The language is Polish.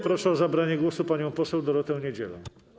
Proszę o zabranie głosu panią poseł Dorotę Niedzielę.